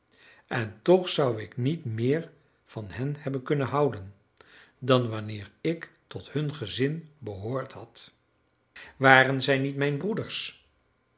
en toch zou ik niet meer van hen hebben kunnen houden dan wanneer ik tot hun gezin behoord had waren zij niet mijn broeders